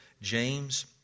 James